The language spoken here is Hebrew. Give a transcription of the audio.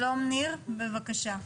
שלום ניר, בבקשה.